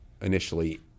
initially